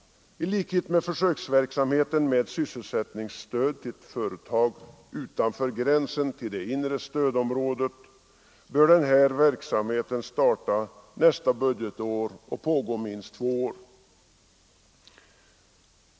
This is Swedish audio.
Liksom försöksverksamheten med sysselsättningsstöd till företag utanför gränsen till det inre stödområdet bör den här verksamheten starta nästa budgetår och pågå minst två år.